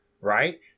Right